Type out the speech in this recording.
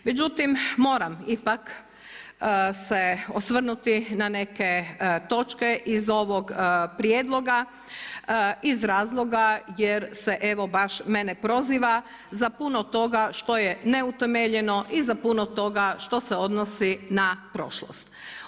Međutim moram ipak se osvrnuti na neke točke iz ovog prijedloga iz razloga jer se evo mene baš proziva za puno toga što je neutemeljeno i za puno toga što se odnosi na prošlost.